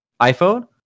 iPhone